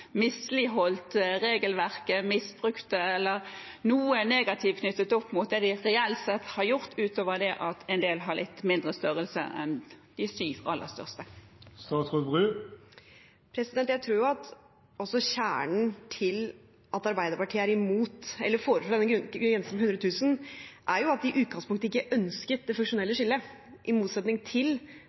regelverket, eller noe annet negativt knyttet til det de reelt sett har gjort, utover det at en del har litt mindre størrelse enn de syv aller største? Hovedårsaken til at Arbeiderpartiet foreslo denne grensen på 100 000, er at de i utgangspunktet ikke ønsket det funksjonelle skillet, i motsetning til